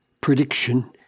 prediction